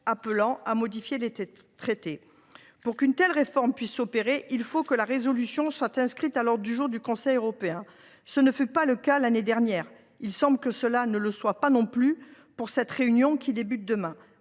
appelant à modifier les traités. Pour qu’une telle réforme puisse s’opérer, il faut que la résolution soit inscrite à l’ordre du jour du Conseil européen. Il n’en fut rien l’année dernière ; et tel ne sera pas non plus le cas pour la réunion qui débute demain.